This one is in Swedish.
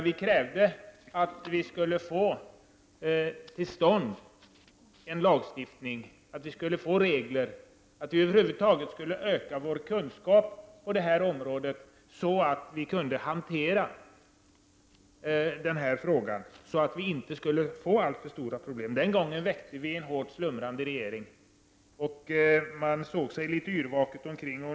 Vi krävde där att regler, lagstiftning skulle komma till stånd och att vi över huvud taget skulle öka vår kunskap på detta område för att kunna hantera denna fråga, så att vi inte får alltför stora problem. Den gången väckte vi en slumrande regering. Man såg sig litet yrvaket omkring.